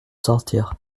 sortir